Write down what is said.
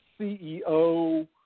CEO